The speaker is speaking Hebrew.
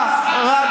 שר, זאת הבושה.